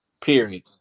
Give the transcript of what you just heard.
period